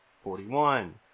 forty-one